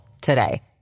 today